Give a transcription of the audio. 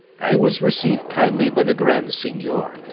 i was received kindly by the grand seignior,